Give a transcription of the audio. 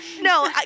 no